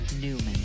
Newman